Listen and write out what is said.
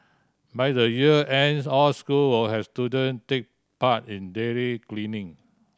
by the year ends all school will have student take part in daily cleaning